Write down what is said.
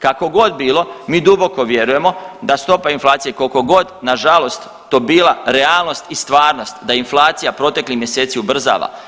Kako god bilo mi duboko vjerujemo da stopa inflacije kolko god nažalost to bila realnost i stvarnost da inflacija proteklih mjeseci ubrzava.